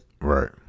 Right